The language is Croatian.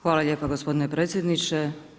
Hvala lijepo gospodine predsjedniče.